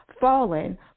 fallen